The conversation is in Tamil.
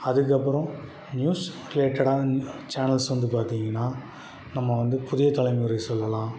அதுக்கப்புறம் நியூஸ் ரிலேட்டடாக சேனல்ஸ் வந்து பார்த்திங்கன்னா நம்ம வந்து புதிய தலைமுறை சொல்லலாம்